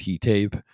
tape